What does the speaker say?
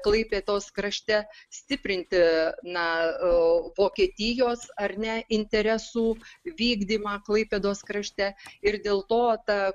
klaipėdos krašte stiprinti na o vokietijos ar ne interesų vykdymą klaipėdos krašte ir dėl to ta